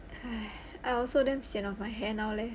!haiya! I also damn sian of my hair now leh